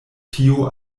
tio